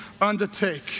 undertake